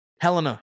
Helena